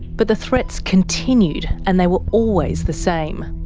but the threats continued, and they were always the same.